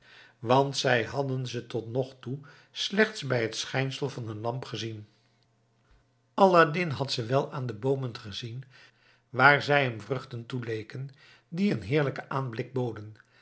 want zij hadden ze tot nog toe slechts bij het schijnsel van een lamp gezien aladdin had ze wel aan de boomen gezien waar zij hem vruchten toeleken die een heerlijken aanblik boden